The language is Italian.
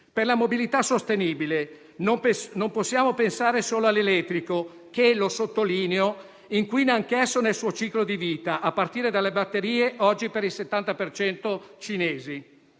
Per la mobilità sostenibile non possiamo pensare solo all'elettrico, che - lo sottolineo - inquina anch'esso nel suo ciclo di vita, a partire dalle batterie, oggi per il 70 per